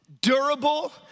durable